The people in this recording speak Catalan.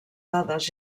dades